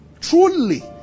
Truly